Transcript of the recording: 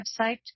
website